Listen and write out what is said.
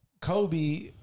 Kobe